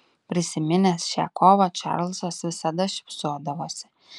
prisiminęs šią kovą čarlzas visada šypsodavosi